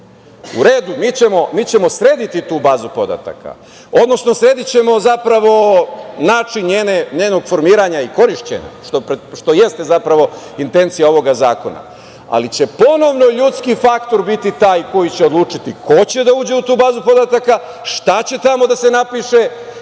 u redu, mi ćemo srediti tu bazu podataka, odnosno sredićemo način njenog formiranja i korišćenja, što jeste intencija ovoga zakona, ali će ponovno ljudski faktor biti taj koji će odlučiti ko će da uđe u tu bazu podataka, šta će tamo da se napiše